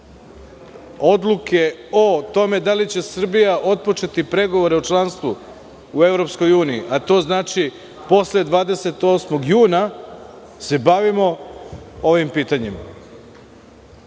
odluke o tome da li će Srbija otpočeti pregovore o članstvu u EU, a to znači posle 28. juna se bavimo ovim pitanjima. Inače,